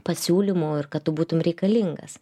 pasiūlymų ir kad tu būtum reikalingas